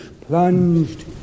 plunged